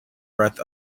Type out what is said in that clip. breath